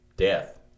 death